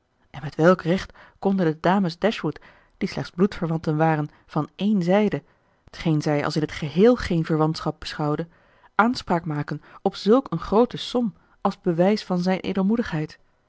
en met welk recht konden de dames dashwood die slechts bloedverwanten waren van ééne zijde t geen zij als in t geheel geen verwantschap beschouwde aanspraak maken op zulk een groote som als bewijs van zijn